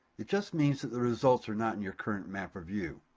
it just means that the results are not in your current mapper view.